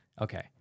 Okay